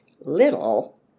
Little